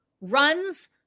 runs